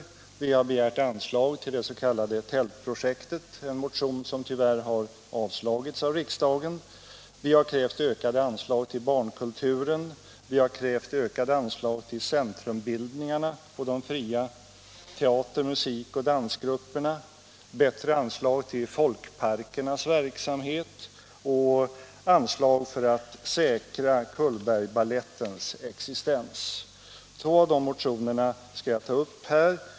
Vi har t.ex. begärt anslag till det s.k. tältprojektet — men denna motion har tyvärr avslagits av riksdagen. Vi har krävt ökade anslag till barnkulturen och till centrumbildningarna och de fria teater-, musikoch dansgrupperna. Vi har krävt ökade anslag till Folkparkernas centralorganisations verksamhet, och vi har begärt anslag för att säkra Cullbergbalettens existens. Två av dessa motioner skall jag ta upp här.